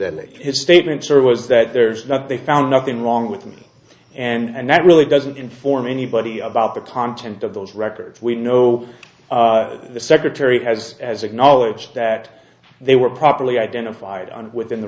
that his statements or was that there's not they found nothing wrong with me and that really doesn't inform anybody about the content of those records we know the secretary has as acknowledged that they were properly identified on within the